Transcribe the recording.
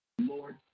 Lord